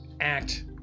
act